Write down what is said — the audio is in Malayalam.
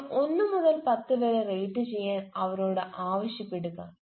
അതിനെ ഒന്ന് മുതൽ പത്ത് വരെ റേറ്റുചെയ്യാൻ അവരോട് ആവശ്യപ്പെടുക